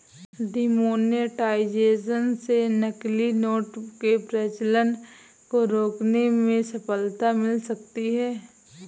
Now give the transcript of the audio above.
demonetisation से नकली note के प्रचलन को रोकने में सफलता मिल सकती है